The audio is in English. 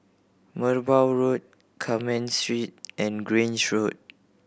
Merbau Road Carmen Street and Grange Road